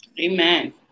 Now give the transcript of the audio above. Amen